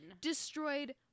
destroyed